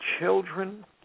children